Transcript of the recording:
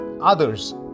others